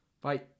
Bye